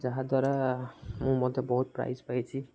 ଯାହାଦ୍ୱାରା ମୁଁ ମଧ୍ୟ ବହୁତ ପ୍ରାଇଜ୍ ପାଇଛିି